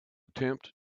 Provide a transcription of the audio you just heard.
attempt